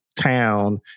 town